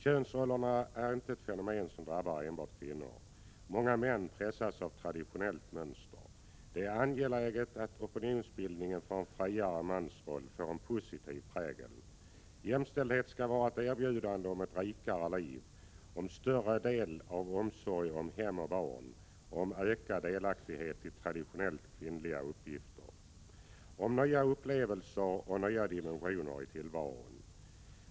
Könsrollerna är inte ett fenomen som drabbar enbart kvinnor. Många män pressas av traditionella mönster. Det är angeläget att opinionsbildningen för en friare mansroll får en positiv prägel. Jämställdhet skall vara ett erbjudande om ett rikare liv, om större del av omsorger om hem och barn, om ökad delaktighet i traditionellt kvinnliga uppgifter, om nya upplevelser och nya dimensioner i tillvaron.